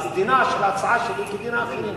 אז דינה של ההצעה שלי כדין האחרות.